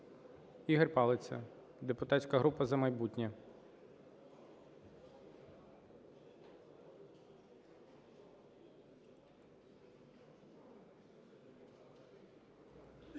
Ігор Палиця, депутатська група "За майбутнє".